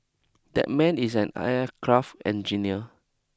that man is an aircraft engineer